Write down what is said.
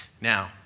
Now